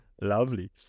Lovely